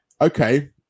okay